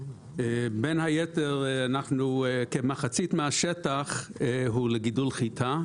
בין היתר אנחנו כמחצית מהשטח הוא לגידול חיטה,